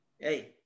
Hey